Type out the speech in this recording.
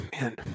man